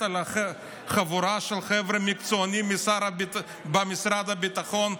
על חבורה של חבר'ה מקצוענים במשרד הביטחון.